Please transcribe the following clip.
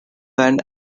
land